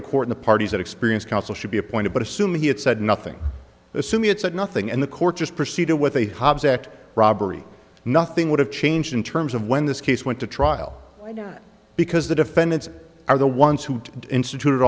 the court the parties that experience counsel should be appointed but assuming he had said nothing assuming it said nothing and the court just proceeded with a hobbs act robbery nothing would have changed in terms of when this case went to trial because the defendants are the ones who institute